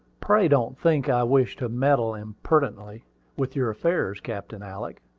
pray don't think i wish to meddle impertinently with your affairs, captain alick,